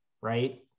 right